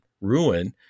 ruin